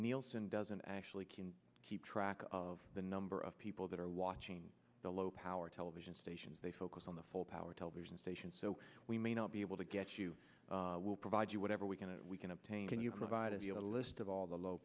nielsen doesn't actually can keep track of the number of people that are watching the low power television stations they focus on the full power television station so we may not be able to get you will provide you whatever we can and we can obtain can you provide you a list of all the low